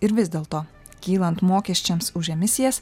ir vis dėl to kylant mokesčiams už emisijas